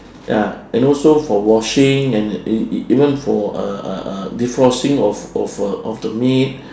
ya and also for washing and even for uh uh uh defrosting of of a of the meat